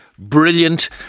Brilliant